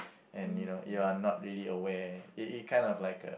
and you know you are not really aware it it kind of like